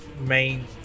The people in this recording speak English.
Main